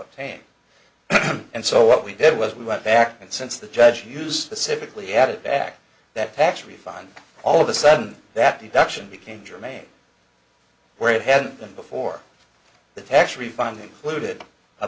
obtained and so what we did was we went back and since the judge used the civically added back that tax refund all of a sudden that the duction became germane where it hadn't been before the tax refund included